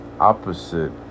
opposite